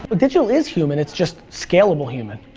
but digital is human, it's just scalable human.